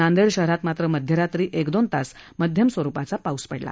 नांदेड शहरात मात्र मध्यरात्री एक ते दोन तास मध्यम स्वरुपाचा पाऊस पडला